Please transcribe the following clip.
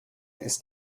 ist